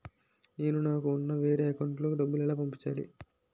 నేను నాకు ఉన్న వేరే అకౌంట్ లో కి డబ్బులు ఎలా పంపించాలి?